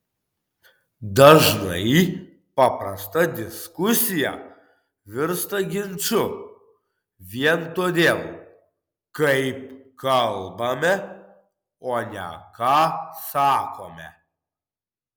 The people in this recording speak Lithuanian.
dažnai paprasta diskusija virsta ginču vien todėl kaip kalbame o ne ką sakome